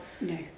No